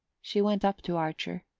she went up to archer,